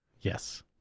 Yes